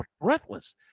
breathless